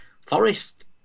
Forest